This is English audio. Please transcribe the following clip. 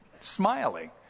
smiling